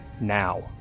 now